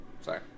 Sorry